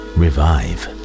revive